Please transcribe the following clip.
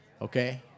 Okay